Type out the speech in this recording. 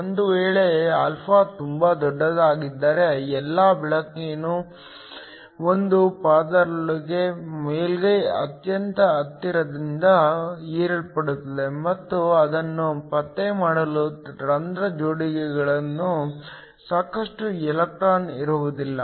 ಒಂದು ವೇಳೆ α ತುಂಬಾ ದೊಡ್ಡದಾಗಿದ್ದರೆ ಎಲ್ಲಾ ಬೆಳಕಿನು ಒಂದು ಪದರದೊಳಗೆ ಮೇಲ್ಮೈಗೆ ಅತ್ಯಂತ ಹತ್ತಿರದಿಂದ ಹೀರಲ್ಪಡುತ್ತದೆ ಮತ್ತು ಅದನ್ನು ಪತ್ತೆ ಮಾಡಲು ರಂಧ್ರ ಜೋಡಿಗಳಲ್ಲಿ ಸಾಕಷ್ಟು ಎಲೆಕ್ಟ್ರಾನ್ ಇರುವುದಿಲ್ಲ